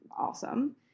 awesome